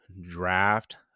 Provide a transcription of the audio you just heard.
draft